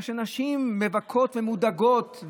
איך שנשים מבכות ומודאגות,